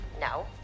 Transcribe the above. No